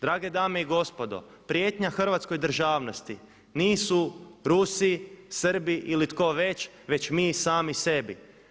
Drage dame i gospodo, prijetnja hrvatskoj državnosti nisu Rusi, Srbi ili tko već, već mi sami sebi.